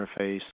interface